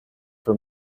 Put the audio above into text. for